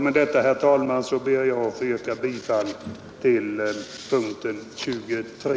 Med detta, herr talman, ber jag att få yrka bifall till utskottets hemställan under punkten 23.